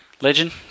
legend